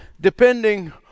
depending